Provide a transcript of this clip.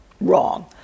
wrong